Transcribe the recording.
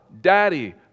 Daddy